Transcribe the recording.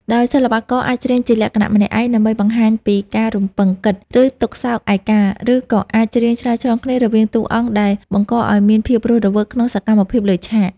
ដោយសិល្បករអាចច្រៀងជាលក្ខណៈម្នាក់ឯងដើម្បីបង្ហាញពីការរំពឹងគិត ឬទុក្ខសោកឯកា ឬក៏អាចច្រៀងឆ្លើយឆ្លងគ្នារវាងតួអង្គដែលបង្កឱ្យមានភាពរស់រវើកក្នុងសកម្មភាពលើឆាក។